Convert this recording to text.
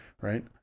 Right